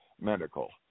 medical